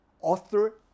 author